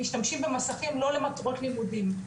משתמשים במסכים לא למטרות לימודים,